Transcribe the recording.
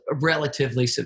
relatively